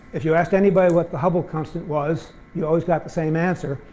if you asked anybody what the hubble constant was, you always got the same answer.